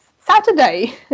Saturday